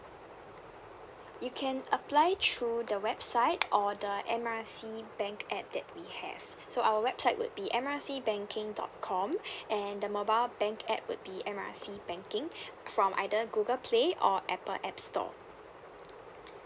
you can apply through the website or the M_R_I_C bank app that we have so our website would be M_R_I_C banking dot com and the mobile bank app would be M_R_I_C banking from either Google play or Apple app store